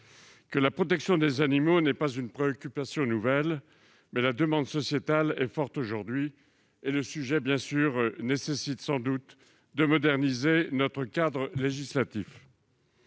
vote. La protection des animaux n'est pas une préoccupation nouvelle, mais la demande sociétale est forte aujourd'hui et le sujet nécessite sans doute de moderniser notre cadre législatif.